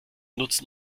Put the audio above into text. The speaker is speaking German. nutzen